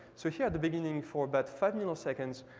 so here at the beginning for about five milliseconds,